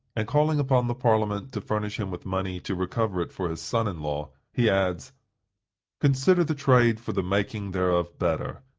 and calling upon the parliament to furnish him with money to recover it for his son-in-law, he adds consider the trade for the making thereof better,